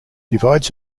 divides